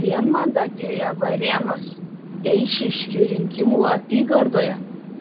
vienmandatėje varėnos eišiškių rinkimų apygardoje